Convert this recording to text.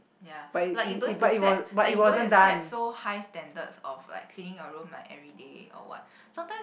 ya like you don't need to set like you don't need to set so high standards of like cleaning your room like everyday or what sometimes